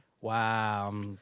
Wow